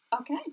Okay